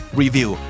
review